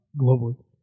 globally